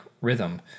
rhythm